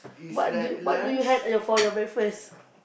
what do you what do you had uh for your breakfast